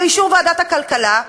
באישור ועדת הכלכלה,